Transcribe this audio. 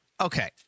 okay